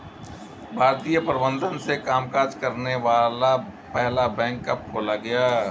भारतीय प्रबंधन से कामकाज करने वाला पहला बैंक कब खोला गया?